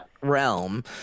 realm